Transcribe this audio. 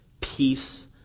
peace